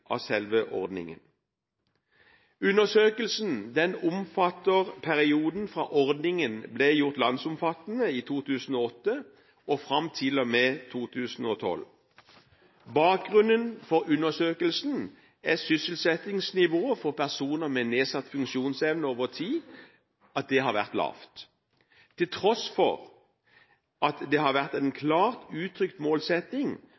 av selve ordningen. Undersøkelsen omfatter perioden fra ordningen ble gjort landsomfattende i 2008, og fram til og med 2012. Bakgrunnen for undersøkelsen er at sysselsettingsnivået for personer med nedsatt funksjonsevne over tid har vært lavt, til tross for at det har vært en klar og uttrykt målsetting